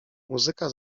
muzyka